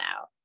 out